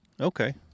Okay